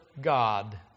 God